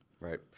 Right